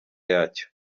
yacyo